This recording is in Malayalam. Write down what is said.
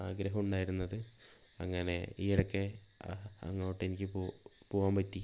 ആഗ്രഹം ഉണ്ടായിരുന്നത് അങ്ങനെ ഈയിടക്ക് അങ്ങോട്ടെനിക്ക് പോവാൻ പറ്റി